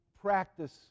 practice